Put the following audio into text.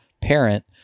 parent